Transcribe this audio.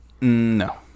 No